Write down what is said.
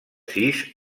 sis